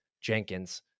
Jenkins